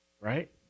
right